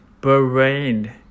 Bahrain